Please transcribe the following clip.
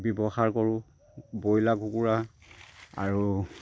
ব্যৱহাৰ কৰোঁ ব্ৰইলাৰ কুকুৰা আৰু